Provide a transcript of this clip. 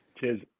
cheers